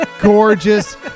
gorgeous